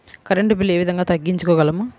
Current bill ఏ విధంగా తగ్గించుకోగలము?